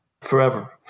forever